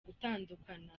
gutandukana